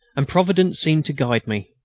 and providence seemed to guide me,